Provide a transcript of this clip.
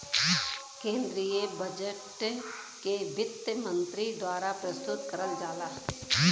केन्द्रीय बजट के वित्त मन्त्री द्वारा प्रस्तुत करल जाला